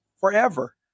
forever